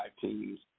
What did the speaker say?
teams